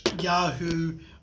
Yahoo